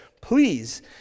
Please